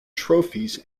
trophies